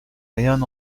rien